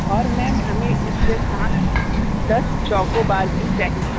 और मैम हमें इसके साथ दस चोकोबार भी चाहिए